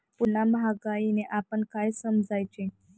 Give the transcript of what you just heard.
पुन्हा महागाईने आपण काय समजायचे?